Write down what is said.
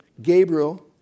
Gabriel